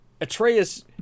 Atreus